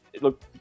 look